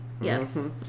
Yes